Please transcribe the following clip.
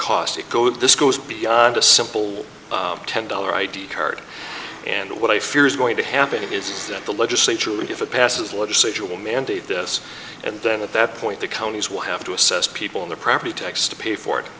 cost of go this goes beyond a simple ten dollar i d card and what i fear is going to happen is that the legislature if it passes the legislature will mandate this and then at that point the counties will have to assess people on the property tax to pay for it